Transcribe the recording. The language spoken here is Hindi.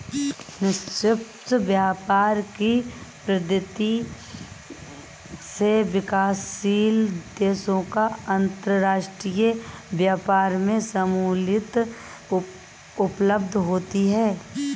निष्पक्ष व्यापार की पद्धति से विकासशील देशों को अंतरराष्ट्रीय व्यापार में सहूलियत उपलब्ध होती है